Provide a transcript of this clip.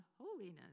holiness